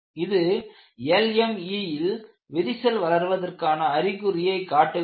இது LME ல் விரிசல் வளர்வதற்கான அறிகுறியை காட்டுகிறது